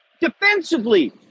defensively